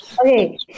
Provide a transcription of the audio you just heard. Okay